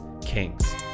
kings